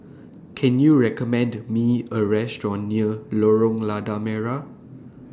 Can YOU recommend Me A Restaurant near Lorong Lada Merah